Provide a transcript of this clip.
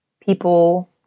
people